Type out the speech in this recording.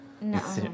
no